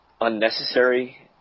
unnecessary